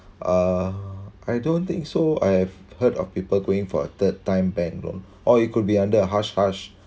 uh I don't think so I've heard of people going for a third time bank loan or it could be under a hush hush